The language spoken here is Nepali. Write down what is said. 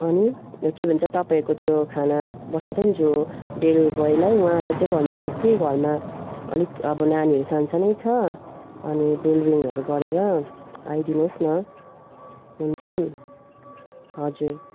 अनि यो के भन्छ तपाईँहरूको त्यो खाना पठाउँछ नि जो डेलिभेरी बोईलाई उहाँलाई चाहिँ भनिदिनुहोस् कि घरमा अलिक अब नानीहरू सानोसानै छ अनि बेल रिङहरू गरेर आइदिनुहोस् न हुन्छ हजुर